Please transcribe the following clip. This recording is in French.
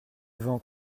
vent